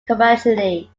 commercially